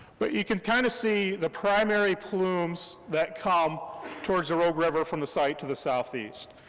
but you can kind of see the primary plumes that come towards the rogue river from the site to the southeast.